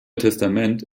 testament